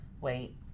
wait